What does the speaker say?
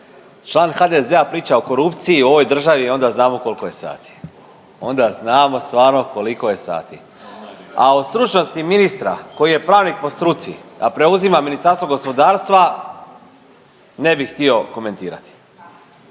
član HDZ-a priča o korupciji u ovoj državi onda znamo koliko je sati, onda znamo stvarno koliko je sati. A o stručnosti ministra koji je pravnik po struci, a preuzima Ministarstvo gospodarstva ne bih htio komentirati.